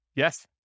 Yes